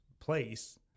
place